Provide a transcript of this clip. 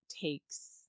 takes